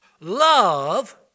love